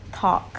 talk